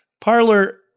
Parlor